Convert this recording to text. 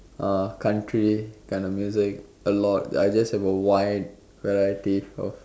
uh country kind of music a lot I just have a wide variety of